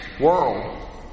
world